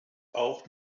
auch